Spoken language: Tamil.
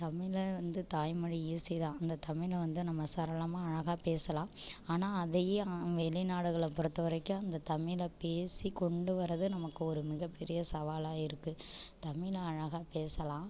தமிழை வந்து தாய் மொழி ஈசி தான் இந்த தமிழை வந்து நம்ம சரளமாக அழகாக பேசலாம் ஆனால் அதையே ஆ வெளி நாடுகளை பொறுத்த வரைக்கும் அந்த தமிழை பேசி கொண்டு வரது நமக்கு ஒரு மிகப்பெரிய சவாலாக இருக்குது தமிழை அழகாக பேசலாம்